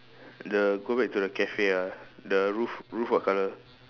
the go back to the cafe ah the roof roof what color